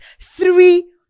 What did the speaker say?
three